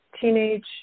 Teenage